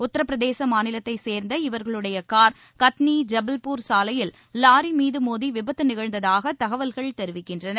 உத்தரப்பிரதேச மாநிலத்தைச் சேர்ந்த இவர்களுடைய கார் கத்னி ஐபல்பூர் சாலையில் லாரி மீது மோதி விபத்து நிகழ்ந்ததாக தகவல்கள் தெரிவிக்கின்றன